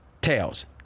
tails